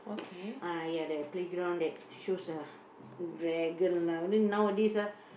ah ya the playground that shows a dragon lah only nowadays ah